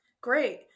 Great